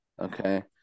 Okay